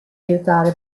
aiutare